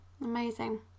amazing